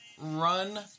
Run